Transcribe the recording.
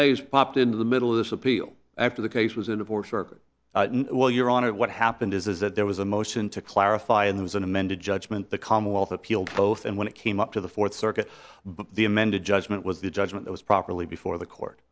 days popped into the middle of this appeal after the case was in divorce or while you're on it what happened is that there was a motion to clarify and it was an amended judgment the commonwealth appealed both and when it came up to the fourth circuit but the amended judgment was the judgment was properly before the court